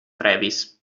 travis